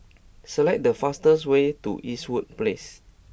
select the fastest way to Eastwood Place